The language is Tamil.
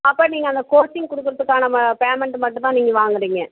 அப்போ நீங்கள் அந்த கோச்சிங் கொடுக்கறதுக்கான ம பேமண்ட்டு மட்டும் தான் நீங்கள் வாங்குகிறிங்க